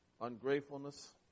Ungratefulness